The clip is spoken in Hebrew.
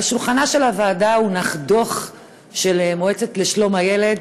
על שולחנה של הוועדה הונח דוח של המועצה לשלום הילד,